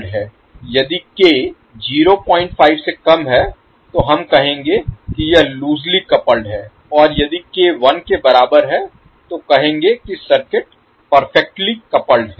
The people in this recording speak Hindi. यदि k 05 से कम है तो हम कहेंगे कि यह लूसली कपल्ड है और यदि k 1 के बराबर है तो कहेंगे कि सर्किट पर्फेक्ट्ली कपल्ड है